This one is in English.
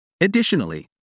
Additionally